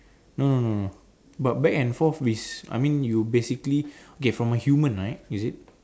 no no no no but back and forth is I mean you basically get from a human right is it